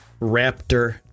Raptor